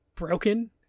broken